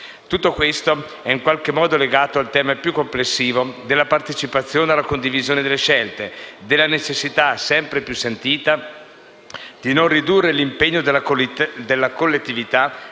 Tutto questo è in qualche modo legato al tema più complessivo della partecipazione alla condivisione delle scelte, della necessità, sempre più sentita, di non ridurre l'impegno della collettività